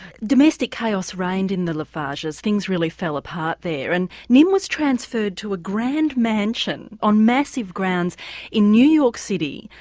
domestic chaos reigned in the lafarges, things really fell apart there and nim was transferred to a grand mansion on massive grounds in new york city,